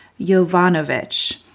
Jovanovic